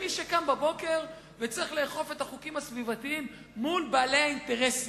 למי שקם בבוקר וצריך לאכוף את החוקים הסביבתיים מול בעלי האינטרסים.